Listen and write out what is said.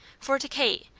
for to kate,